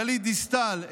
גלית דיסטל,